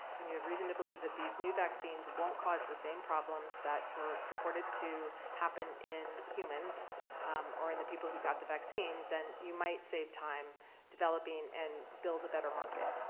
and you have reasons to believe that these new vaccines won't cause the same problems that were purported to happen in humans or in the people who got the vaccine, then you might save time developing and build a better market.